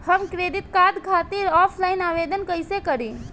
हम credit card खातिर offline आवेदन कइसे करि?